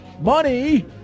Money